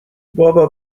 بابا